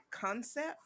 concept